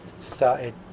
started